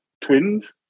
twins